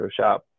Photoshop